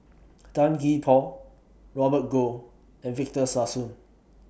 Tan Gee Paw Robert Goh and Victor Sassoon